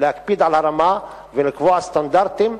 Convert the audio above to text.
להקפיד על הרמה ולקבוע סטנדרטים,